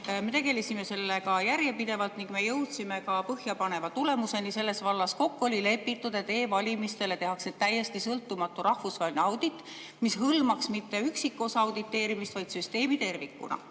Me tegelesime sellega järjepidevalt ning jõudsime ka põhjapaneva tulemuseni selles vallas. Kokku oli lepitud, et e‑valimistele tehakse täiesti sõltumatu rahvusvaheline audit, mis ei hõlmaks mitte üksikosa auditeerimist, vaid süsteemi tervikuna. Sellel